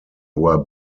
were